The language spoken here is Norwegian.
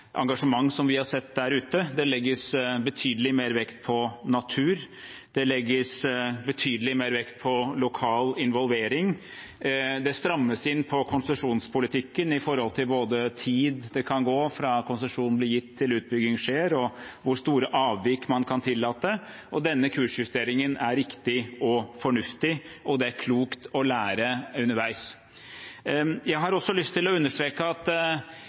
engasjement som vi har sett der ute. Det legges betydelig mer vekt på natur. Det legges betydelig mer vekt på lokal involvering. Det strammes inn på konsesjonspolitikken i forhold til både tiden som kan gå fra konsesjon blir gitt til utbygging skjer, og hvor store avvik man kan tillate. Denne kursjusteringen er riktig og fornuftig, og det er klokt å lære underveis. Jeg har også lyst til å understreke at